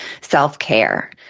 self-care